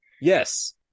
yes